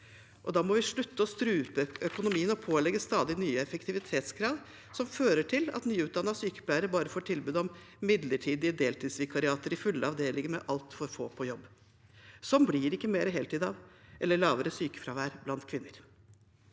Da må vi slutte å strupe økonomien og pålegge stadig nye effektivitetskrav som fører til at f.eks. nyutdannede sykepleiere bare får tilbud om midlertidige deltidsvikariater i fulle avdelinger med altfor få på jobb. Sånt blir det ikke mer heltid av – eller lavere sykefravær blant kvinner.